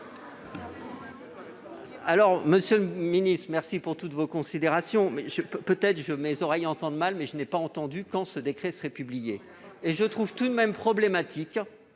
le secrétaire d'État, merci pour toutes ces considérations ; peut-être mes oreilles entendent-elles mal, mais je n'ai pas entendu quand ce décret serait publié. Et je trouve tout de même problématique